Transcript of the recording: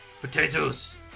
Potatoes